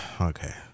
Okay